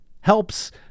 helps